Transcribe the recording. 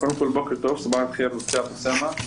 קודם כול, בוקר טוב, סבאח אל חיר אבו אוסאמה,